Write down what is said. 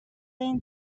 این